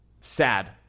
sad